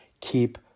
Keep